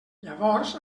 llavors